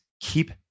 keep